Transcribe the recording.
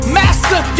master